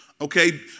Okay